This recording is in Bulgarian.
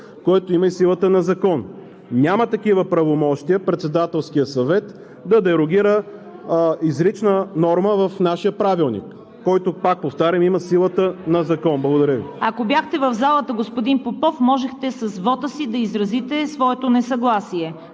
който има и силата на закон. Няма такива правомощия Председателският съвет – да дерогира изрична норма в нашия Правилник, който, пак повтарям, има силата на закон. Благодаря Ви. ПРЕДСЕДАТЕЛ ЦВЕТА КАРАЯНЧЕВА: Ако бяхте в залата, господин Попов, можехте с вота си да изразите своето несъгласие.